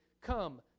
Come